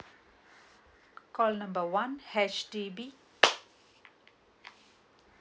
call number one H_D_B